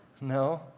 No